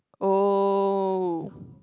oh